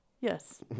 Yes